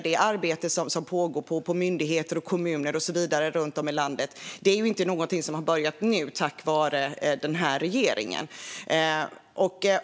Det arbete som pågår på myndigheter, kommuner och så vidare runt om i landet är ju inte något som påbörjats tack vare den här regeringen.